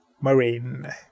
marine